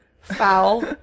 foul